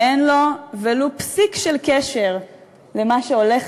שאין לו ולו פסיק של קשר למה שהולך